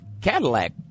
cadillac